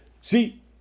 See